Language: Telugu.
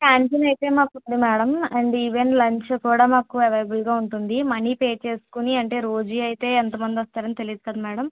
కాంటీన్ అయితే మాకు ఉంది మేడం అండ్ ఈవెన్ లంచ్ కూడా మాకు అవైలబుల్గా ఉంటుంది మనీ పే చేసుకొని అంటే రోజు అయితే ఎంతమంది వస్తారని తెలియదు కదా మేడం